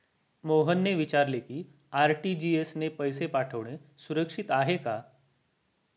मोहनने विचारले की आर.टी.जी.एस ने पैसे पाठवणे सुरक्षित आहे का?